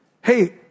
Hey